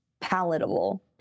palatable